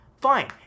fine